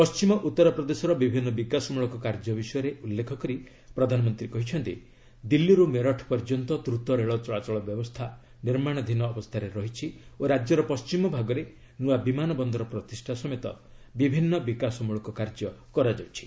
ପଶ୍ଚିମ ଉତ୍ତରପ୍ରଦେଶର ବିଭିନ୍ନ ବିକାଶ ମୂଳକ କାର୍ଯ୍ୟ ବିଷୟରେ ଉଲ୍ଲେଖ କରି ପ୍ରଧାନମନ୍ତ୍ରୀ କହିଛନ୍ତି ଦିଲ୍ଲୀରୁ ମେରଠ ପର୍ଯ୍ୟନ୍ତ ଦ୍ରତ ରେଳ ଚଳାଚଳ ବ୍ୟବସ୍ଥା ନିର୍ମାଣାଧୀନ ଅବସ୍ଥାରେ ରହିଛି ଓ ରାଜ୍ୟର ପଶ୍ଚିମ ଭାଗରେ ନୂଆ ବିମାନ ବନ୍ଦର ପ୍ରତିଷ୍ଠା ସମେତ ବିଭିନ୍ନ ବିକାଶମୂଳକ କାର୍ଯ୍ୟ କରାଯାଉଛି